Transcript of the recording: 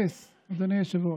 אפס, אדוני היושב-ראש.